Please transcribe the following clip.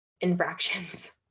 infractions